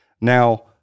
Now